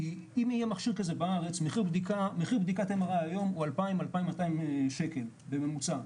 מחיר בדיקת MRI היום הוא 2,200-2,000 שקל בממוצע.